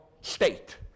state